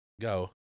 Go